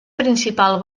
principal